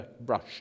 brush